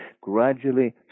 gradually